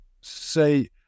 say